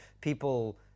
people